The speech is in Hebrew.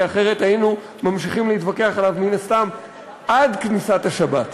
כי אחרת היינו ממשיכים להתווכח עליו מן הסתם עד כניסת השבת.